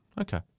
okay